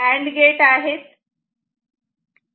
तर हे and gate आहेत